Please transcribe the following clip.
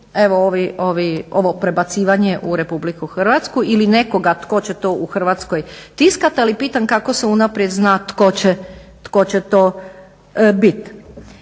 su ovo prebacivanje u RH ili nekoga tko će to u Hrvatskoj tiskati, ali pitam kako se to unaprijed zna tko će to biti.